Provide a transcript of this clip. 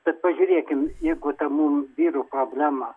bet pažiūrėkim jeigu ta mum vyrų problema